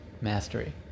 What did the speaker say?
mastery